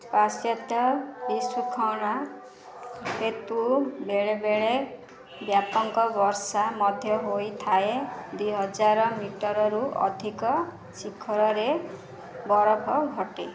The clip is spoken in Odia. ପାଶ୍ଚାତ୍ୟ ବିଶୃଙ୍ଖଳା ହେତୁ ବେଳେବେଳେ ବ୍ୟାପକ ବର୍ଷା ମଧ୍ୟ ହୋଇଥାଏ ଦୁଇ ହଜାର ମିଟରରୁ ଅଧିକ ଶିଖରରେ ବରଫ ଘଟେ